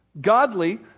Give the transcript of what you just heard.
Godly